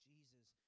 Jesus